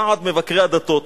ועד מבקרי הדתות.